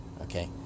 Okay